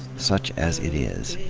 such as it is.